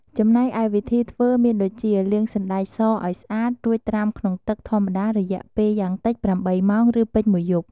ចំំណែកឯវីធីធ្វើមានដូចជា លាងសណ្តែកសឱ្យស្អាត រួចត្រាំក្នុងទឹកធម្មតារយៈពេលយ៉ាងតិច ៨ ម៉ោង ឬពេញមួយយប់។